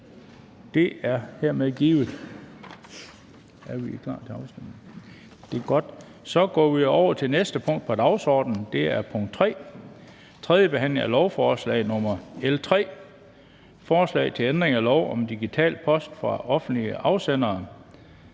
givet. --- Det næste punkt på dagsordenen er: 3) 3. behandling af lovforslag nr. L 3: Forslag til lov om ændring af lov om Digital Post fra offentlige afsendere.